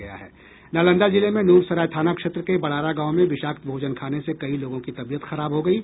नालंदा जिले में नूरसराय थाना क्षेत्र के बड़ारा गांव में विषाक्त भोजन खाने से कई लोगों की तबीयत खराब हो गयी